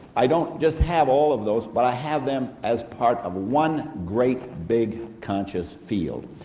i don't just have all of those, but i have them as part of one great big conscious feel.